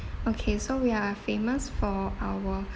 okay so we are famous for our